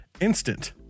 instant